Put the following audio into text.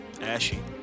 Ashy